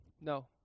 No